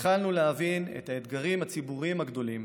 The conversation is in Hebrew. התחלנו להבין את האתגרים הציבוריים הגדולים